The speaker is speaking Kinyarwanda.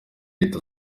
leta